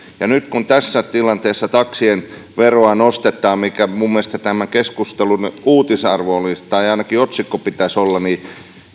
nyt kun tässä tilanteessa taksien veroa nostetaan mikä minun mielestäni tämän keskustelun uutisarvon tai ainakin otsikon pitäisi olla